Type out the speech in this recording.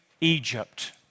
Egypt